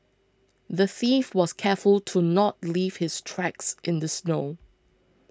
the thief was careful to not leave his tracks in the snow